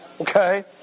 okay